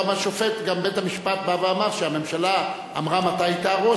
גם בית-המשפט אמר שהממשלה אמרה מתי היא תהרוס,